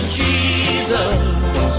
jesus